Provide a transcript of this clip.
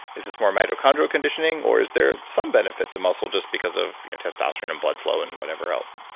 is this more mitochondrial conditioning or is there some benefit to muscle just because of testosterone and blood flow and whatever else?